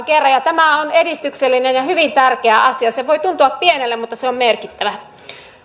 kerran tämä on edistyksellinen ja ja hyvin tärkeä asia se voi tuntua pienelle mutta se on merkittävä